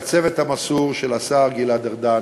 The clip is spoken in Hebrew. לצוות המסור של השר גלעד ארדן,